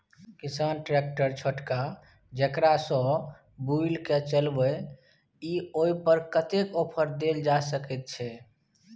किसान ट्रैक्टर छोटका जेकरा सौ बुईल के चलबे इ ओय पर कतेक ऑफर दैल जा सकेत छै?